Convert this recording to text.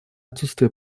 отсутствие